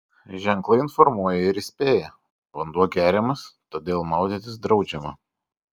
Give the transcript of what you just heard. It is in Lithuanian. ženklai informuoja ir įspėja vanduo geriamas todėl maudytis draudžiama